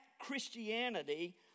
christianity